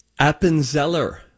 Appenzeller